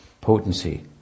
potency